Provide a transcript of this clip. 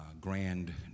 grand